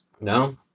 No